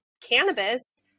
cannabis